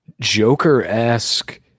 joker-esque